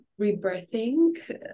rebirthing